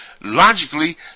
logically